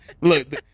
look